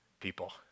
people